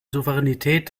souveränität